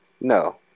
No